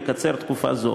לקצר תקופה זו.